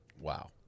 Wow